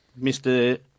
Mr